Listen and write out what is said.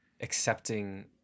accepting